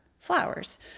Flowers